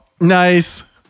nice